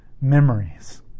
memories